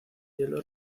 hielo